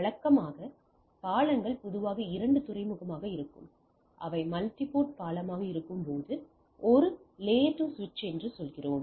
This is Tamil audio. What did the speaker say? வழக்கமாக பாலங்கள் பொதுவாக இரண்டு துறைமுகமாக இருக்கும் அது மல்டிபோர்ட் பாலமாக இருக்கும்போது ஒரு அடுக்கு 2 சுவிட்ச் என்று சொல்கிறோம்